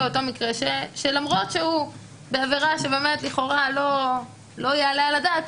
אותו מקרה שלמרות שהוא בעבירה שבאמת לכאורה לא יעלה על הדעת,